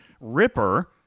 Ripper